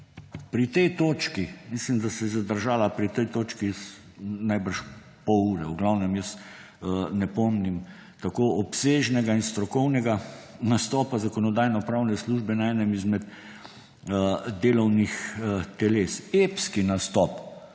pri tej točki. Mislim, da se je zadržala pri tej točki, verjetno, pol ure. V glavnem, jaz ne pomnim tako obsežnega in strokovnega nastopa Zakonodajno-pravne službe na enem izmed delovnih teles. Epski nastop,